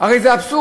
הרי זה אבסורד.